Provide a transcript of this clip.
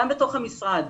גם בתוך המשרד,